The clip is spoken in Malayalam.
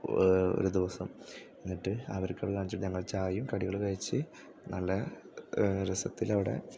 ഒരു ദിവസം എന്നിട്ട് അവർക്കുള്ള ഞങ്ങൾ ചായയും കടികളും കഴിച്ച് നല്ല രസത്തിലവിടെ